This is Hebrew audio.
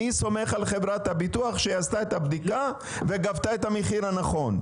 אני סומך על חברת הביטוח שהיא עשתה את הבדיקה וגבתה את המחיר הנכון.